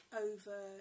over